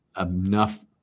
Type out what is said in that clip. enough